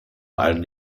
allen